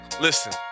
listen